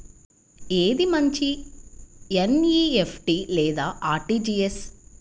ఏది మంచి ఎన్.ఈ.ఎఫ్.టీ లేదా అర్.టీ.జీ.ఎస్?